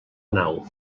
nau